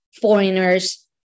foreigners